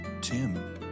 Tim